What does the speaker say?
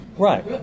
Right